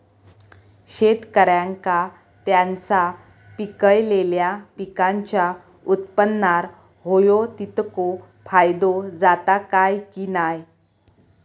शेतकऱ्यांका त्यांचा पिकयलेल्या पीकांच्या उत्पन्नार होयो तितको फायदो जाता काय की नाय?